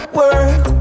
work